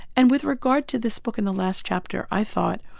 and with regard to this book in the last chapter, i thought,